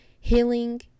Healing